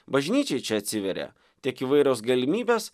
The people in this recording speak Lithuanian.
bažnyčiai čia atsiveria tiek įvairios galimybės